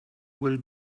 will